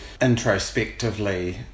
introspectively